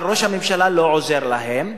אבל ראש הממשלה לא עוזר להם,